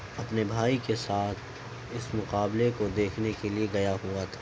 اپنے بھائی کے ساتھ اس مقابلے کو دیکھنے کے لیے گیا ہوا تھا